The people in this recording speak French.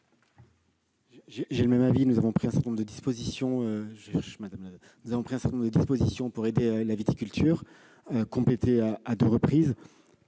est du même avis. Nous avons pris un certain nombre de dispositions pour aider la viticulture, qui ont été complétées à deux reprises.